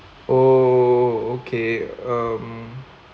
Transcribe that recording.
oh okay um